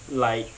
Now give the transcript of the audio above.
like